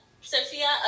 Sophia